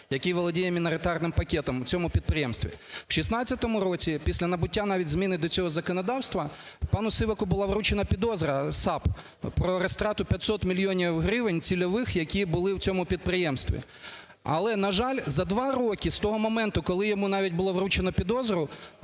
який володіє міноритарним пакетом в цьому підприємстві. В 2016 році, після набуття навіть зміни до цього законодавства, пану Сиваку була вручена підозра САП про розтрату 500 мільйонів гривень цільових, які були в цьому підприємстві. Але, на жаль, за 2 роки, з того моменту, коли йому навіть було вручено підозру,